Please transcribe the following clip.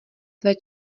tvé